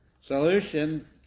solution